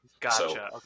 Gotcha